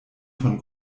von